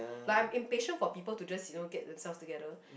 like I am impatient for people to just you know get themselves together